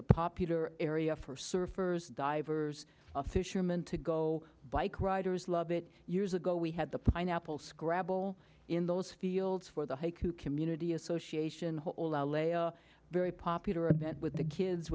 a popular area for surfers divers fisherman to go bike riders love it years ago we had the pineapple scrabble in those fields for the haiku community association very popular a bit with the kids